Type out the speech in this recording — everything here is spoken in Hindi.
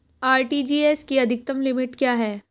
आर.टी.जी.एस की अधिकतम लिमिट क्या है?